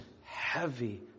heavy